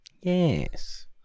Yes